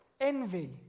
Envy